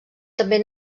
també